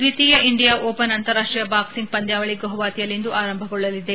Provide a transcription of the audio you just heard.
ದ್ವಿತೀಯ India Open ಅಂತಾರಾಷ್ಸೀಯ boxing ಪಂದ್ನಾವಳ ಗುವಾಹತಿಯಲ್ಲಿಂದು ಆರಂಭಗೊಳ್ಳಲಿದೆ